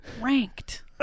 ranked